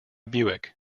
buick